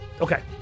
Okay